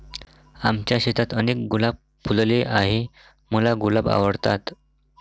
आमच्या शेतात अनेक गुलाब फुलले आहे, मला गुलाब आवडतात